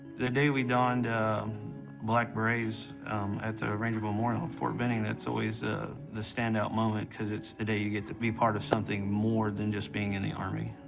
the day we donned black berets at the ranger memorial at fort benning, that's always the standout moment because it's the day you get to be part of something more than just being in the army.